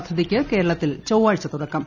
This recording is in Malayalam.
പദ്ധതിയ്ക്ക് കേരളത്തിൽ ചൊവ്വാഴ്ച തുടക്കം